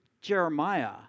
Jeremiah